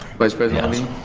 vice president levine.